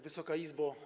Wysoka Izbo!